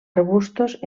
arbustos